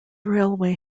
railway